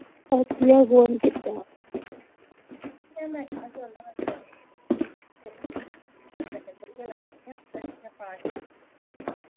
अज्ज कि'यां फोन कीता